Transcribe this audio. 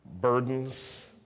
burdens